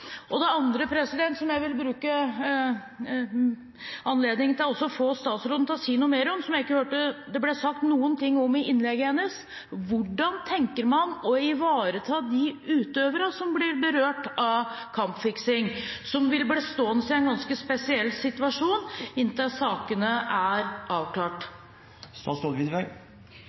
Og det andre som jeg vil bruke anledningen til å få statsråden til å si noe mer om, som jeg ikke hørte det ble sagt noen ting om i innlegget hennes: Hvordan tenker man å ivareta de utøverne som blir berørt av kampfiksing, som vil bli stående i en ganske spesiell situasjon inntil sakene er avklart?